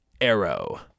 Arrow